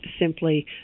simply